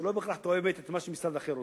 שלא בהכרח תואמת מה שמשרד אחר רוצה.